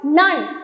none